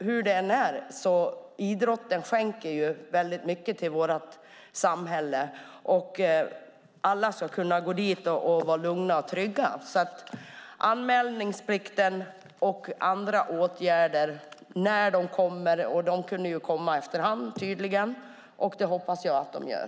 Hur det än är skänker idrotten mycket till vårt samhälle. Alla ska kunna gå till idrottsarenorna och vara lugna och trygga. När kommer anmälningsplikten och andra åtgärder? De kunde tydligen komma efter hand, och det hoppas jag att de gör.